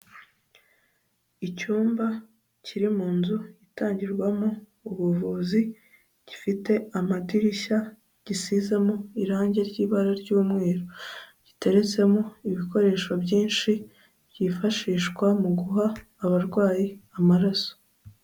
Icyumba kiri mu nzu itangirwamo ubuvuzi, gifite amadirishya, gisizemo irangi ry'ibara ry'umweru, giteretsemo ibikoresho byinshi byifashishwa mu guha abarwayi amaraso.